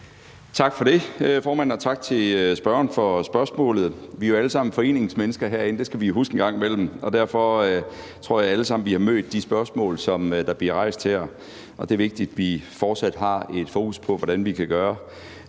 Tak for det, formand, og tak til spørgeren for spørgsmålet. Vi er jo alle sammen foreningsmennesker herinde, det skal vi huske en gang imellem, og derfor tror jeg, vi alle sammen har mødt de spørgsmål, der bliver rejst her. Det er vigtigt, vi fortsat har et fokus på, hvordan vi kan gøre